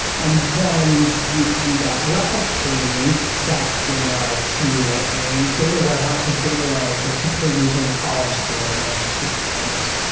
and then you end up replicating that data to a data warehouse, or data lake, where typically using a column store in order to cheat performance.